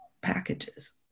packages